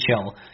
chill